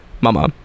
Mama